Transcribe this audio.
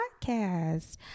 Podcast